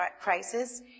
crisis